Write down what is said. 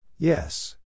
Yes